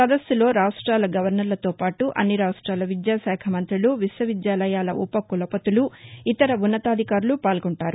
సదస్సులో రాష్టాల గవర్నర్లతో పాటు అన్ని రాష్టాల విద్యా శాఖ మంతులు విశ్వవిద్యాలయాల ఉపకులపతులు ఇతర ఉన్నతాధికారులు పాల్గొంటారు